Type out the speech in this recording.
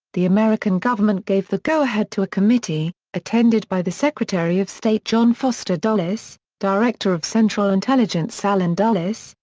the american government gave the go-ahead to a committee, attended by the secretary of state john foster dulles, director of central intelligence allen dulles,